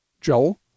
Joel